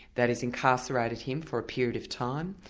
that has incarcerated him for a period of time.